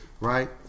Right